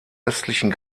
östlichen